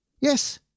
yes